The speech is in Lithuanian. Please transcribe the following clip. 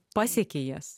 pasiekei jas